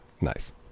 Nice